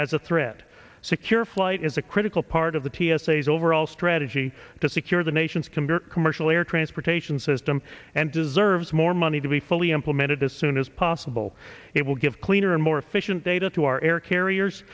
as a threat secure flight is a critical part of the t s a is overall strategy to secure the nation's commuter commercial air transportation system and deserves more money to be fully implemented as soon as possible it will give cleaner and more efficient data to our air carriers